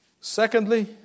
Secondly